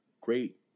great